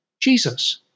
Jesus